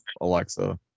Alexa